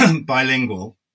bilingual